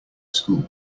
school